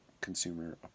consumer